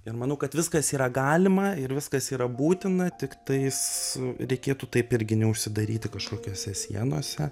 ir manau kad viskas yra galima ir viskas yra būtina tiktais reikėtų taip irgi neužsidaryti kažkokiose sienose